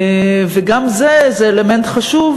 וגם זה אלמנט חשוב,